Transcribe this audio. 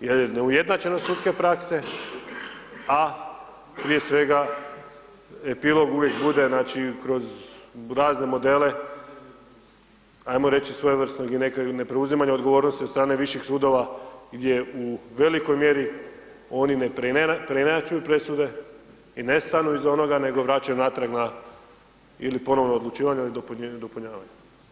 jer je neujednačenost sudske prakse a prije svega epilog uvijek bude znači kroz razne modele ajmo reći svojevrsnog i nepreuzimanja odgovornosti od strane viših sudova gdje u velikoj mjeri oni ne preinačuju presude i ne stanu iza onoga nego vračaju natrag na ili na ponovno odlučivanje ili dopunjavanje.